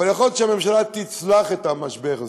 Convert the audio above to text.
יכול להיות שהממשלה תצלח את המשבר הזה,